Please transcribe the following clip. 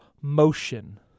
motion